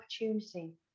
opportunity